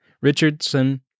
Richardson